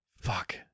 Fuck